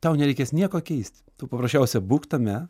tau nereikės nieko keisti tu paprasčiausia būk tame